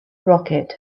rocket